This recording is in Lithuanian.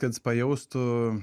kad jis pajaustų